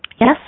Yes